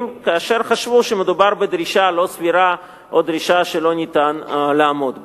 כאשר חשבו שמדובר בגישה לא סבירה או בגישה שאי-אפשר לעמוד בה.